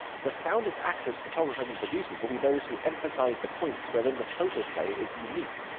the soundest actors, photographers, and producers will be those who emphasize the points wherein the photoplay is unique.